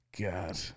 God